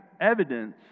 evidence